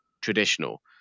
traditional